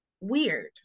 weird